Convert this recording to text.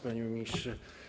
Panie Ministrze!